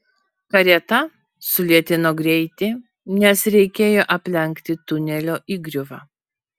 karieta sulėtino greitį nes reikėjo aplenkti tunelio įgriuvą